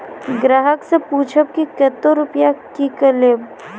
ग्राहक से पूछब की कतो रुपिया किकलेब?